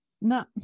No